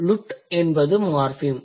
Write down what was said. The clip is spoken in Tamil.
lut என்பது மார்ஃபிம்